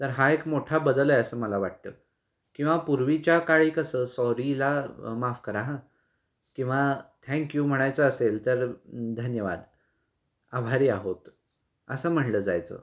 तर हा एक मोठा बदल आहे असं मला वाटतं किंवा पूर्वीच्या काळी कसं सॉरीला माफ करा हं किंवा थँक यू म्हणायचं असेल तर धन्यवाद आभारी आहोत असं म्हटलं जायचं